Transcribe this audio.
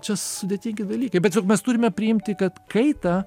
čia sudėtingi dalykai bet juk mes turime priimti kad kaitą